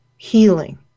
healing